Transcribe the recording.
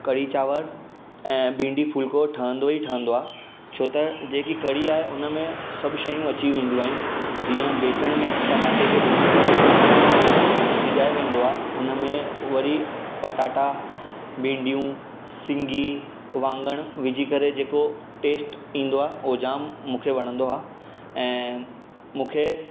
कढ़ी चांवर ऐं भिंडी फुलिको ठहंदो ई ठहंदो आहे छो त जेकी कढ़ी आहे उनमें सभु शयूं अची वेंदियूं आहिनि जीअं बेसण में टमाटे खे भुञी करे सिजाए वेंदो आहे उनमें वरी पटाटा भिंडियूं सिङी वाङणु विझी करे जेको टेष्ट ईंदो आहे उहो जामु मूंखे वणंदो आहे ऐं मूंखे